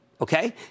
Okay